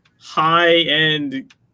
high-end